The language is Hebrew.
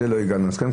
בזה לא הגענו להסכמה,